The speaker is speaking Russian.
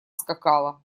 скакала